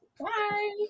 Bye